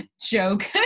joke